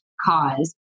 cause